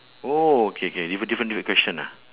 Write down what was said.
oh okay K different different different question ah